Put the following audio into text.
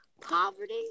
poverty